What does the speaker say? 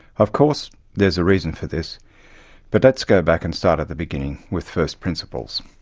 of course there is a reason for this but let's go back and start at the beginning, with first principles.